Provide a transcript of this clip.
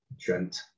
Trent